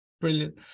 brilliant